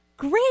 Great